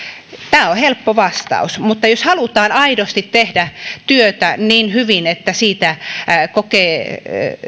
tämä on helppo vastaus mutta jos halutaan aidosti tehdä työtä niin hyvin että siitä kokee